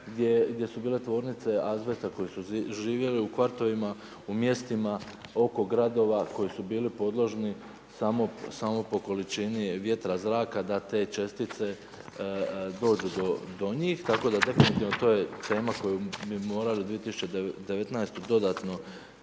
gdje su bile tvornice azbesta, koji su živjeli u kvartovima, u mjestima oko gradova koji su bili podložni samo po količini vjetra, zraka da te čestice dođu do njih, tako da definitivno to je tema koju bi morali 2019. dodatno